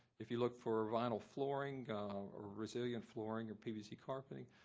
if you look for vinyl flooring or resilient flooring or pvc carpeting,